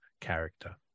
character